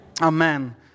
Amen